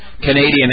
Canadian